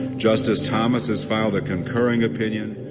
justice thomas has filed a concurring opinion.